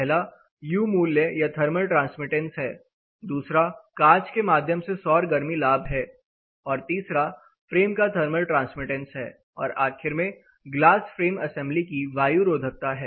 पहला यू मूल्य या थर्मल ट्रांसमिटेंस है दूसरा कांच के माध्यम से सौर गर्मी लाभ है और तीसरा फ्रेम का थर्मल ट्रांसमिटेंस है और आखिर में ग्लास फ्रेम असेंबली की वायू रोधकता है